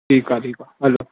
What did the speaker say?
ठीक आहे ठीक आहे हलो